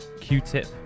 Q-Tip